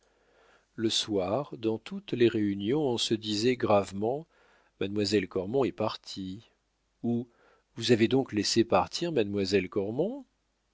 le soir dans toutes les réunions on se disait gravement mademoiselle cormon est partie ou vous avez donc laissé partir mademoiselle